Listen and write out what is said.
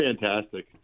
fantastic